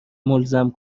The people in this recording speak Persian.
ملزم